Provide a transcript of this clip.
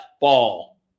ball